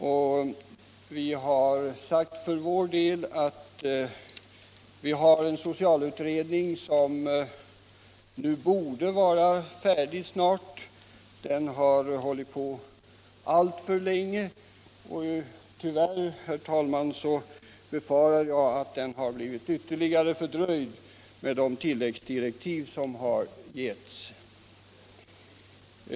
För vår del har vi socialdemokrater sagt att den socialutredning som sysslar med dessa ting snart borde vara färdig — den har hållit på alldeles för länge. Men, herr talman, jag befarar nu att den tyvärr har blivit ytterligare fördröjd på grund av de tilläggsdirektiv som getts.